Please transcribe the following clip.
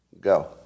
Go